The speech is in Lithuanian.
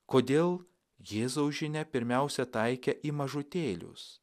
kodėl jėzaus žinia pirmiausia taikė į mažutėlius